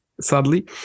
sadly